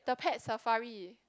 the Pet Safari